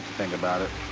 think about it.